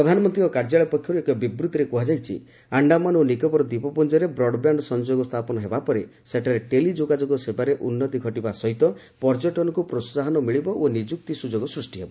ପ୍ରଧାନମନ୍ତ୍ରୀଙ୍କ କାର୍ଯ୍ୟାଳୟ ପକ୍ଷରୁ ଏକ ବିବୃତ୍ତିରେ କୁହାଯାଇଛି ଆଣ୍ଡାମାନ ଓ ନିକୋବର ଦ୍ୱୀପପୁଞ୍ଜରେ ବ୍ରଡ୍ବ୍ୟାଣ୍ଡ ସଂଯୋଗ ସ୍ଥାପନ ହେବା ପରେ ସେଠାରେ ଟେଲି ଯୋଗାଯୋଗ ସେବାରେ ଉନ୍ନତି ଘଟିବା ସହିତ ପର୍ଯ୍ୟଟନକୁ ପ୍ରୋହାହନ ମିଳିବ ଓ ନିଯୁକ୍ତି ସୁଯୋଗ ସୃଷ୍ଟି ହେବ